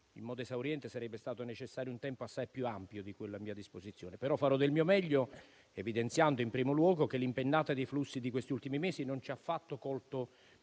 in modo esauriente sarebbe stato necessario un tempo assai più ampio di quello a mia disposizione, però farò del mio meglio, evidenziando in primo luogo che l'impennata dei flussi di questi ultimi mesi non ci ha affatto colto